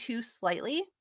slightly